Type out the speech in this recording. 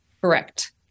Correct